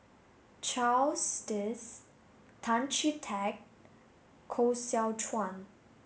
Charles Dyce Tan Chee Teck Koh Seow Chuan